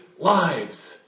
Lives